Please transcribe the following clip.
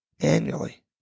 annually